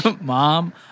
Mom